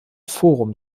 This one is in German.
forum